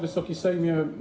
Wysoki Sejmie!